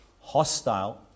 hostile